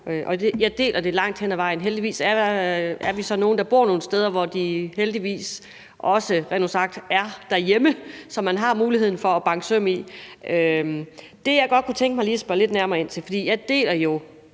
jeg er enig langt hen ad vejen. Heldigvis er vi så nogle, der bor nogle steder, hvor de også rent ud sagt er derhjemme, så man har muligheden for at banke søm i. Jeg kunne godt tænke mig lige at spørge lidt nærmere ind til noget. For jeg deler jo